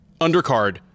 undercard